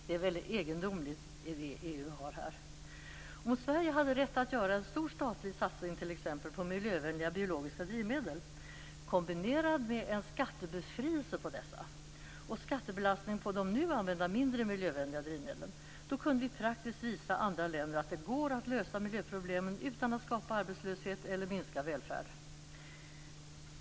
Det är en väldigt egendomlig idé EU har här. Om Sverige hade rätt att göra en stor statlig satsning t.ex. på miljövänliga biologiska drivmedel kombinerad med en skattebefrielse på dessa och skattebelastning på de nu använda mindre miljövänliga drivmedlen, kunde vi praktiskt visa andra länder att det går att lösa miljöproblemen utan att skapa arbetslöshet eller minskad välfärd.